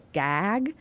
gag